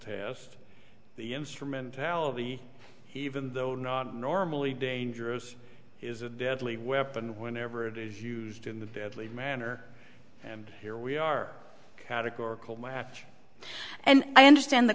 test the instrumentality even though not normally dangerous is a deadly weapon whenever it is used in the deadly manner and here we are categorical match and i understand the